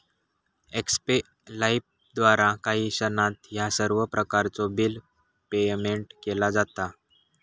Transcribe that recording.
एक्स्पे लाइफद्वारा काही क्षणात ह्या सर्व प्रकारचो बिल पेयमेन्ट केला जाता